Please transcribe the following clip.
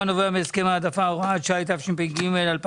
הנובע מהסכם העדפה) (הוראת שעה) התשפ"ג-2023.